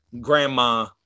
Grandma